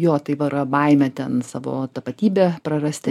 jo tai va yra baimė ten savo tapatybę prarasti